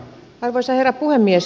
arvoisa herra puhemies